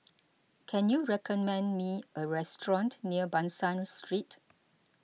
can you recommend me a restaurant near Ban San Street